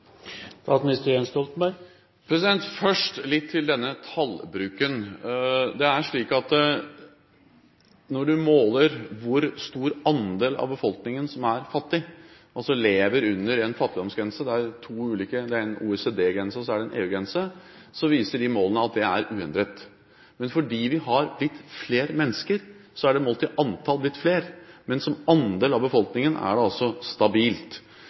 Først litt til denne tallbruken: Det er slik at når du måler hvor stor andel av befolkningen som er fattig, som lever under en fattigdomsgrense – det er to ulike, det er en OECD-grense og en EU-grense – viser de målene at den er uendret. Men fordi vi har blitt flere mennesker, er det målt i antall blitt flere. Som andel av befolkningen er det stabilt.